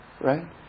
Right